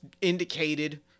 indicated